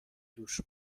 دوش